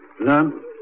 None